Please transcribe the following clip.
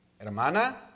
hermana